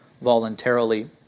voluntarily